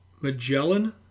Magellan